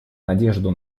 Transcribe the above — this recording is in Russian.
надежду